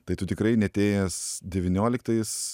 tai tu tikrai neatėjęs devynioliktais